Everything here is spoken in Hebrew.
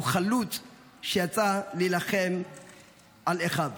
הוא חלוץ שיצא להילחם על אחיו.